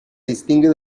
distingue